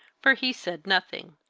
for he said nothing.